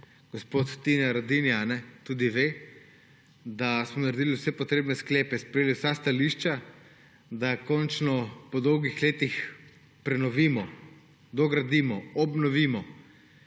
gospod Tine Radinja, tudi ve, da smo naredili vse potrebne sklepe, sprejeli vsa stališča, da končno po dolgih letih prenovimo, dogradimo, obnovimo